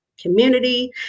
community